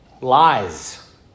lies